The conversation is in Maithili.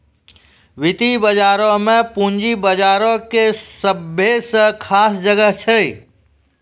वित्तीय बजारो मे पूंजी बजारो के सभ्भे से खास जगह छै